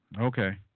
Okay